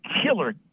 killer